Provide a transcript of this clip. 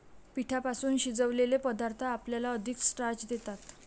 पिठापासून शिजवलेले पदार्थ आपल्याला अधिक स्टार्च देतात